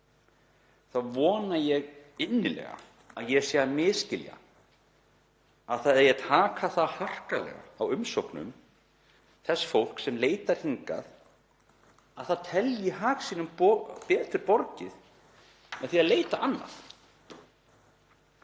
þá vona ég innilega að ég sé að misskilja að það eigi að taka það harkalega á umsóknum þess fólks sem leitar hingað að það telji hag sínum betur borgið með því að leita annað.